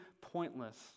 pointless